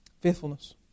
Faithfulness